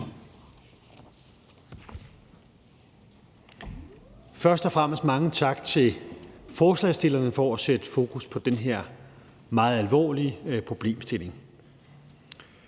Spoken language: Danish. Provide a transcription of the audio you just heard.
Først og fremmest mange tak til forslagsstillerne for at sætte fokus på den her meget alvorlige problemstilling.